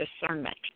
discernment